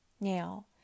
Now